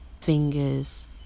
fingers